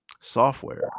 software